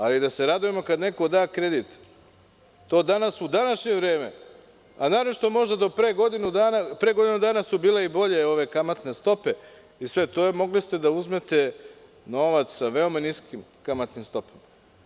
Ali da se radujemo kad neko da kredit, to danas, u današnje vreme, a naročito možda do pre godinu dana, bile su i bolje kamatne stope, mogli ste da uzmete novac sa veoma niskim kamatnim stopama.